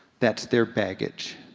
that's their baggage.